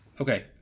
Okay